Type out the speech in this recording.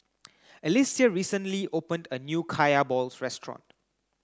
Alyssia recently opened a new Kaya Balls Restaurant